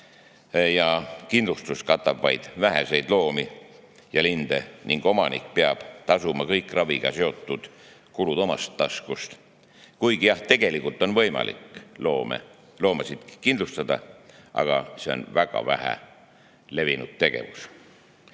aga kindlustus katab vaid väheseid loomi ja linde, seega peab omanik tasuma kõik raviga seotud kulud omast taskust. Kuigi tegelikult on võimalik loomasid kindlustada, on see siiski väga vähe levinud tegevus.